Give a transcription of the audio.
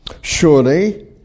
Surely